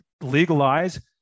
legalize